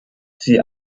sie